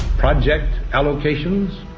project allocations.